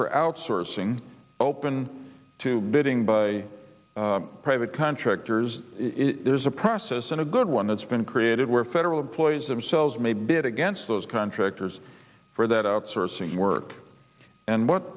for outsourcing open to bidding by private contractors there's a process and a good one that's been created where federal employees themselves may bid against those contractors for that outsourcing work and what